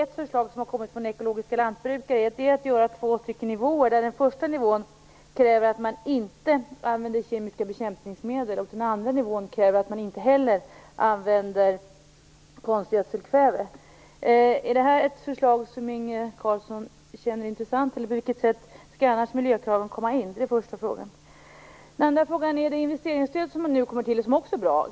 Ett förslag som har kommit från ekologiska lantbrukare är att ha ett system med två nivåer, där den första nivån kräver att man inte använder kemiska bekämpningsmedel och den andra nivån kräver att man inte heller använder konstgödselkväve. Är det ett förslag som Inge Carlsson tycker är intressant, och på vilket sätt skall annars miljökraven komma in? Det är min första fråga. Min andra fråga gäller det investeringsstöd som nu kommer till, och som också är bra.